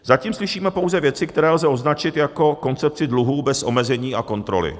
Zatím slyšíme pouze věci, které lze označit jako koncepci dluhů bez omezení a kontroly.